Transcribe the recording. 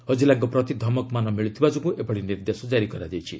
ହଜେଲାଙ୍କ ପ୍ରତି ଧମକମାନ ମିଳୁଥିବା ଯୋଗୁଁ ଏଭଳି ନିର୍ଦ୍ଦେଶ ଜାରି କରାଯାଇଛି